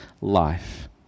life